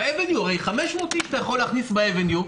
ב"אבניו" הרי אתה יכול להכניס 500 איש.